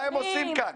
מה הם עושים כאן?